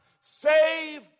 Save